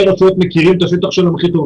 הרשויות מכירים את השטח שלהם הכי טוב.